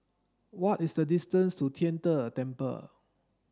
what is the distance to Tian De Temple